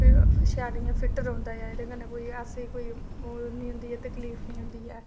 शैल फिट रौहंदा ऐ एह्दे कन्नै ऐसी कोई ओह् निं होंदी ऐ तकलीफ निं होंदी ऐ